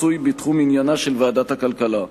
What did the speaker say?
מצוי בתחום עניינה של ועדת הכלכלה.